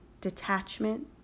detachment